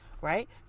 right